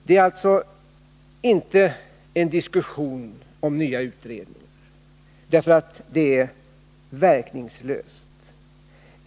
Det är alltså inte en diskussion om nya utredningar, för det är verkningslöst.